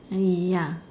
ya